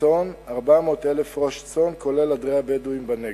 צאן, 400,000 ראש צאן, כולל עדרי הבדואים בנגב.